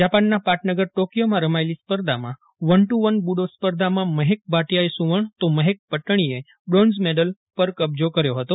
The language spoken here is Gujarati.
જાપાનના પાટનગર ટોકિથોમાં રમાયેલી સ્પર્ધામાં વન ટુ વન બૂ ડો સ્પર્ધા મહેક ભાટિથાએ સુ વર્ણ તો મહેક પદ્દણીએ બ્રોન્ઝ મેડલ પર કબ્જો કર્યો હતો